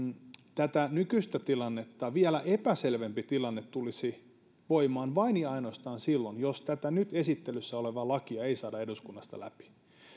tätä nykyistä tilannetta vielä epäselvempi tilanne tulisi voimaan vain ja ainoastaan silloin jos tätä nyt esittelyssä olevaa lakia ei saada eduskunnasta läpi